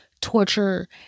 torture